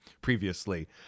previously